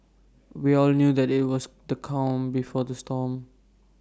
we all knew that IT was the calm before the storm